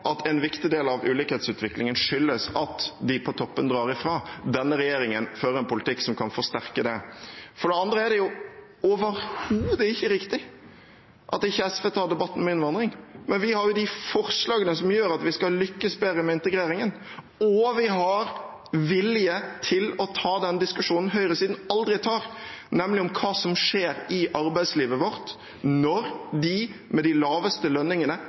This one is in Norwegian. at en viktig del av ulikhetsutviklingen skyldes at de på toppen drar ifra. Denne regjeringen fører en politikk som kan forsterke det. For det andre er det overhodet ikke riktig at SV ikke tar debatten om innvandring, men vi har de forslagene som gjør at vi skal lykkes bedre med integreringen. Og vi har vilje til å ta den diskusjonen høyresiden aldri tar, nemlig om hva som skjer i arbeidslivet vårt når de med de laveste lønningene